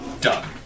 done